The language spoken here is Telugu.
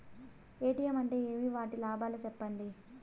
ఎ.టి.ఎం అంటే ఏమి? వాటి లాభాలు సెప్పండి?